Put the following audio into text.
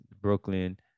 Brooklyn